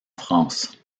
france